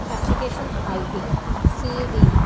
application I D C D